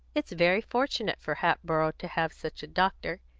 it's very fortunate for hatboro' to have such a doctor.